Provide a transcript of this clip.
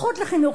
זכות לחינוך,